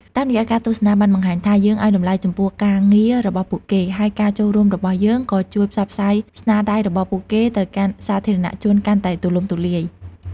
តាមរយៈការទស្សនាបានបង្ហាញថា យើងឲ្យតម្លៃចំពោះការងាររបស់ពួកគេ ហើយការចូលរួមរបស់យើងក៏ជួយផ្សព្វផ្សាយស្នាដៃរបស់ពួកគេទៅកាន់សាធារណជនកាន់តែទូលំទូលាយ។